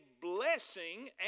blessing